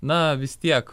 na vis tiek